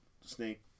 snake